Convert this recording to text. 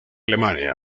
alemania